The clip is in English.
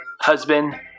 husband